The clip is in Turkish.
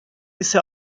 ise